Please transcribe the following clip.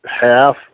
half